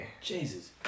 Jesus